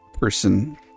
person